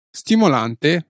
stimolante